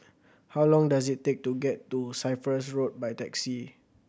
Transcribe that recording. how long does it take to get to Cyprus Road by taxi